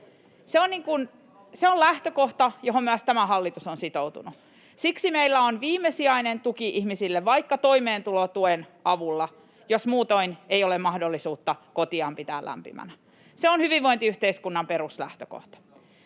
Se on lähtökohta, johon myös tämä hallitus on sitoutunut. Siksi meillä on viimesijainen tuki ihmisille, vaikka toimeentulotuen avulla, jos muutoin ei ole mahdollisuutta kotiaan pitää lämpimänä. Se on hyvinvointiyhteiskunnan peruslähtökohta.